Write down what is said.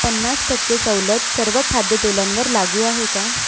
पन्नास टक्के सवलत सर्व खाद्यतेलांवर लागू आहे का